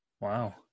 wow